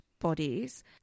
bodies